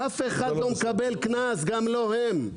אף אחד לא מקבל קנס, גם לא הם.